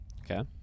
okay